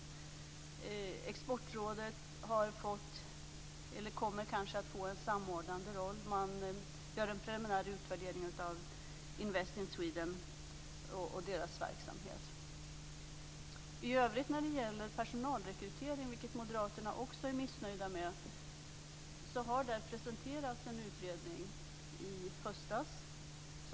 Exportrådet kommer kanske att få en samordnande roll. Man gör en preliminär utvärdering av Invest in I övrigt när det gäller personalrekrytering - vilket moderaterna också är missnöjda med - presenterades en utredning i höstas.